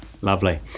Lovely